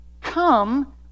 come